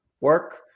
work